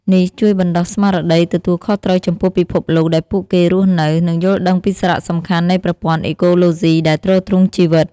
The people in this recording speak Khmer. នេះជួយបណ្ដុះស្មារតីទទួលខុសត្រូវចំពោះពិភពលោកដែលពួកគេរស់នៅ និងយល់ដឹងពីសារៈសំខាន់នៃប្រព័ន្ធអេកូឡូស៊ីដែលទ្រទ្រង់ជីវិត។